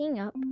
up